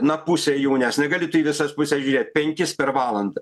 na pusę jų nes negali tu į visas puses žiūrėt penkis per valandą